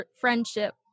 friendship